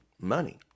money